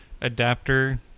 adapter